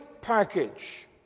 package